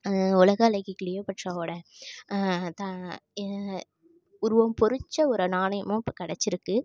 உலக அழகி க்ளியோப்பட்ராவோடய தா உருவம் பொரிச்ச ஒரு நாணயமும் இப்போ கிடச்சிருக்கு